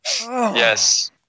yes